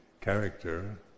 character